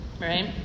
right